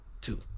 Two